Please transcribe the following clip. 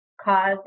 cause